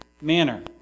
manner